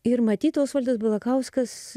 ir matytos osvaldas balakauskas